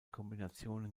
kombinationen